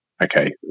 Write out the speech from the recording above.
Okay